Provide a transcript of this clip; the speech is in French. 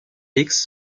hicks